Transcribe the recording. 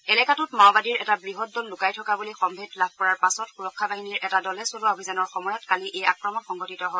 এলেকাটোত মাওবাদীৰ এটা বৃহৎ দল লুকাই থকা বুলি সম্ভেদ লাভ কৰাৰ পাছত সুৰক্ষা বাহিনীৰ এটা দলে চলোৱা অভিযানৰ সময়ত কালি এই আক্ৰমণ সংঘটিত হয়